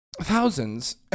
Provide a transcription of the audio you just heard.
thousands